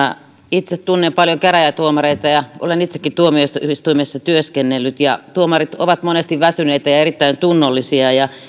itse tunnen paljon käräjätuomareita ja olen itsekin tuomioistuimessa työskennellyt tuomarit ovat monesti väsyneitä ja ja erittäin tunnollisia